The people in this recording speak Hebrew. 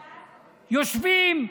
יושבים,